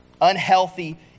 unhealthy